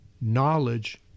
knowledge